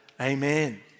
Amen